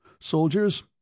Soldiers